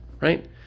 right